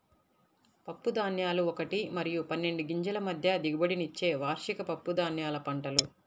పప్పుధాన్యాలు ఒకటి మరియు పన్నెండు గింజల మధ్య దిగుబడినిచ్చే వార్షిక పప్పుధాన్యాల పంటలు